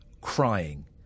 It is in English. crying